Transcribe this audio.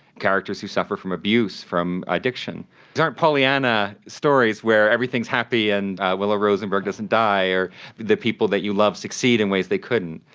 characters who suffer from abuse, from addiction. these aren't pollyanna stories where everything is happy and willow rosenberg doesn't die or the people that you love succeed in ways they couldn't.